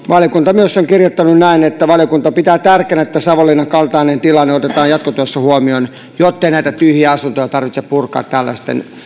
valiokunta myös on kirjoittanut näin että valiokunta pitää tärkeänä että savonlinnan kaltainen tilanne otetaan jatkotyössä huomioon jottei näitä tyhjiä asuntoja tarvitse purkaa tällaisten